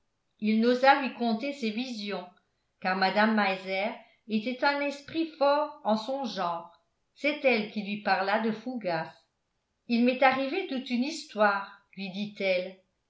il n'osa lui conter ses visions car mme meiser était un esprit fort en son genre c'est elle qui lui parla de fougas il m'est arrivé toute une histoire lui dit-elle